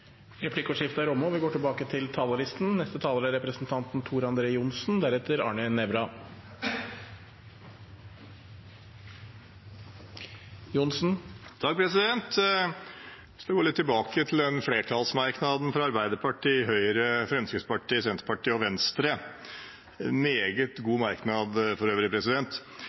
Replikkordskiftet er omme. Jeg vil gå tilbake til flertallsmerknaden fra Arbeiderpartiet, Høyre, Fremskrittspartiet, Senterpartiet og Venstre – for øvrig en meget god merknad: